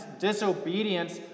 disobedience